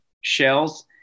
shells